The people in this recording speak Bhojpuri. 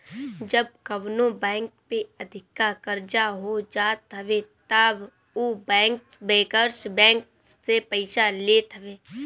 जब कवनो बैंक पे अधिका कर्जा हो जात हवे तब उ बैंकर्स बैंक से पईसा लेत हवे